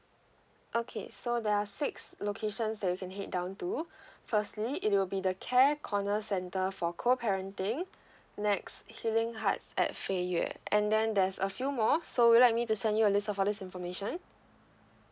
okay so there are six locations that you can head down to firstly it will be the care corner center for co parenting next healing hearts at fei yue and then there's a few more so would you like me to send you a list of all this information